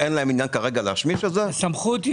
ואין להם עניין בלהשמיש אותם --- הסמכות היא